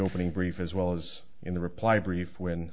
opening brief as well as in the reply brief w